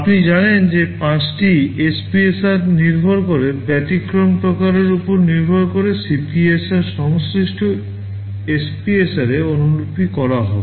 আপনি জানেন যে 5 টি SPSR নির্ভর করে ব্যতিক্রম প্রকারের উপর নির্ভর করে CPSR সংশ্লিষ্ট এসপিএসআরে অনুলিপি করা হবে